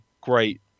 great